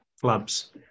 clubs